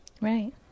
Right